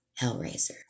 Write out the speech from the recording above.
Hellraiser